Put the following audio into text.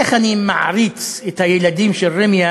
איך אני מעריץ את הילדים של ראמיה,